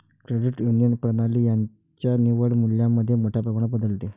credit union प्रणाली त्यांच्या निव्वळ मूल्यामध्ये मोठ्या प्रमाणात बदलते